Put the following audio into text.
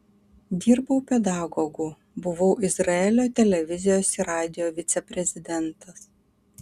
dirbau pedagogu buvau izraelio televizijos ir radijo viceprezidentas